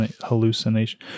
hallucination